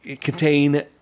contain